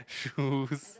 shoes